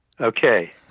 Okay